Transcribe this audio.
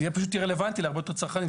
זה יהיה פשוט רלוונטי להרבה יותר צרכנים.